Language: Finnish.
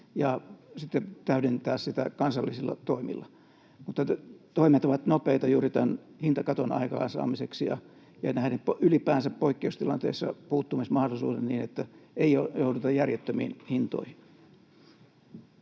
sen täydentäminen kansallisilla toimilla. Toimet ovat nopeita juuri tämän hintakaton aikaansaamiseksi, ja ylipäänsä poikkeustilanteissa on oltava puuttumismahdollisuudet niin, että ei jouduta järjettömiin hintoihin.